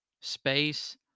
Space